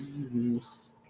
Business